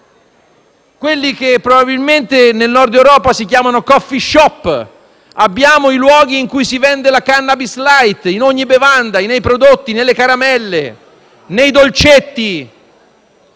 quelli che, probabilmente, nel Nord Europa si chiamano *coffee shop*. Abbiamo luoghi in cui si vende la *cannabis light* in ogni bevanda, nei prodotti, nelle caramelle, nei dolcetti.